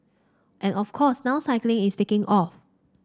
and of course now cycling is taking off